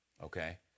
Okay